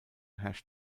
herrscht